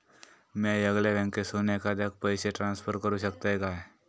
म्या येगल्या बँकेसून एखाद्याक पयशे ट्रान्सफर करू शकतय काय?